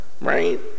right